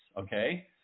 okay